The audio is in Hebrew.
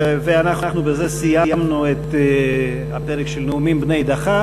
ואנחנו בזה סיימנו את הפרק של נאומים בני דקה.